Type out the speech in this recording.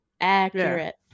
Accurate